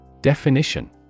Definition